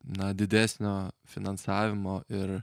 na didesnio finansavimo ir